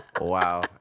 Wow